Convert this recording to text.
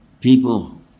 People